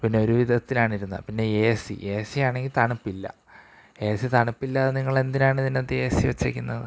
പിന്നെ ഒരുവിധത്തിലാണ് ഇരുന്ന പിന്നെ എ സി എ സിയാണെങ്കി തണുപ്പില്ല എ സി തണുപ്പില്ലാതെ നിങ്ങളെന്തിനാണ് ഇതിനകത്ത് എ സി വെച്ചേക്കുന്നത്